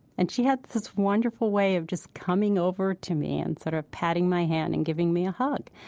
and she had this wonderful way of just coming over to me and sort of patting my hand and giving me a hug.